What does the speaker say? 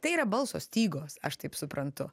tai yra balso stygos aš taip suprantu